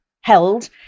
held